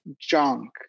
junk